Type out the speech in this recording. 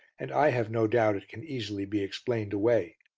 and i have no doubt it can easily be explained away.